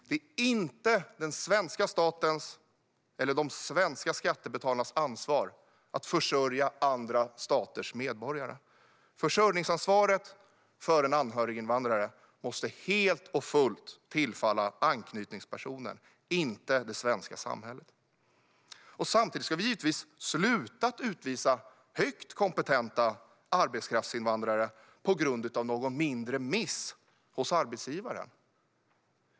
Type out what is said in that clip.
Det är inte den svenska statens eller de svenska skattebetalarnas ansvar att försörja andra staters medborgare. Försörjningsansvaret för en anhöriginvandrare måste helt och fullt tillfalla anknytningspersonen, inte det svenska samhället. Samtidigt ska vi givetvis sluta utvisa högt kompetenta arbetskraftsinvandrare på grund av någon mindre miss hos arbetsgivaren.